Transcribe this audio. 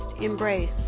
embrace